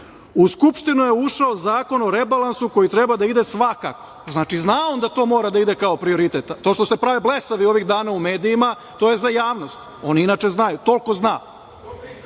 „u Skupštinu je ušao Zakon o rebalansu koji treba da ide svakako“, znači, zna on da to mora da ide kao prioritet, to što se prave blesavi ovih dana u medijima to je za javnost, a inače znaju, toliko zna,